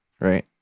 right